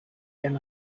can